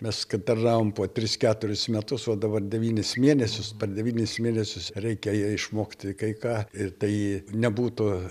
mes kai tarnavom po tris keturis metus o dabar devynis mėnesius per devynis mėnesius reikia išmokti kai ką ir tai nebūtų